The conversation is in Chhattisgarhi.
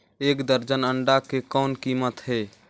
एक दर्जन अंडा के कौन कीमत हे?